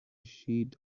sheet